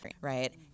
right